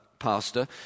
Pastor